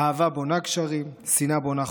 האהבה בונה גשרים, שנאה בונה חומות,